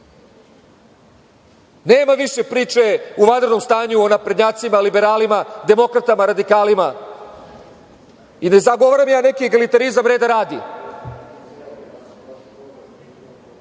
nema više priče u vanrednom stanju o naprednjacima, liberalima, demokratama, radikalima o ne zagovaram ja neki giletarizam reda radi.U